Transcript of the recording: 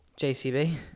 JCB